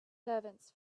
servants